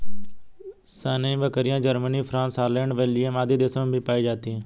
सानेंइ बकरियाँ, Germany, France, Holland, Belgium आदि देशों में भी पायी जाती है